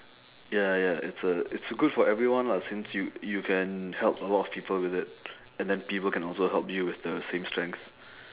ya ya it's a it's good for everyone lah since you you can help a lot of people with it and then people can also help you with the same strength